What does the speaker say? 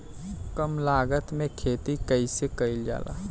कम लागत में खेती कइसे कइल जाला?